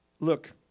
Look